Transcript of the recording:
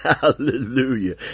Hallelujah